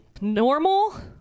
normal